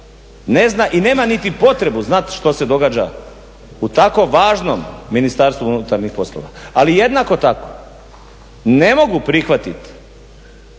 ne zna i nema niti potrebu znati što se događa u tako važnom Ministarstvu unutarnjih poslova. Ali jednako tako ne mogu prihvatiti